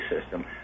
system